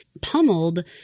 pummeled